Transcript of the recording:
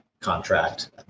contract